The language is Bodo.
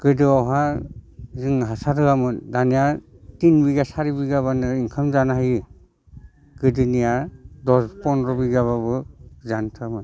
गोदोआवहाय जों हासार होआमोन दानिया थिन बिगा सारि बिगाबानो ओंखाम जानो हायो गोदोनिया दस फन्द्र' बिगाबाबो जानो थोआमोन